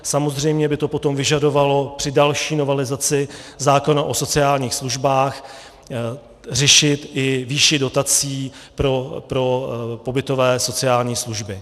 Samozřejmě by to potom vyžadovalo při další novelizaci zákona o sociálních službách řešit i výši dotací pro pobytové sociální služby.